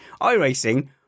iRacing